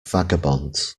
vagabonds